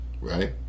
right